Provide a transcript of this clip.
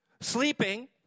sleeping